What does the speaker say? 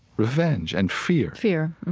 revenge and fear fear.